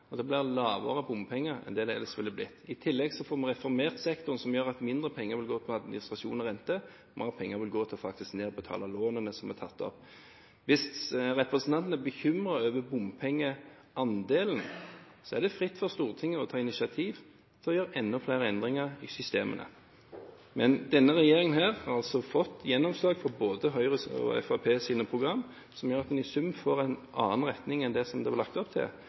og det blir lavere bompenger enn det ellers ville blitt. I tillegg får vi reformert sektoren, som gjør at mindre penger vil gå til administrasjon og renter. Mer penger vil gå til faktisk å nedbetale lånene som er tatt opp. Hvis representanten er bekymret over bompengeandelen, står Stortinget fritt til å ta initiativ til å gjøre enda flere endringer i systemene. Men denne regjeringen har fått gjennomslag for både Høyres og Fremskrittspartiets programmer, som gjør at en i sum får en annen retning enn det det var lagt opp til.